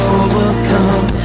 overcome